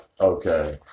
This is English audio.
okay